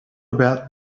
about